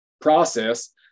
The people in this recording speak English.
process